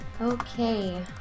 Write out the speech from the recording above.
Okay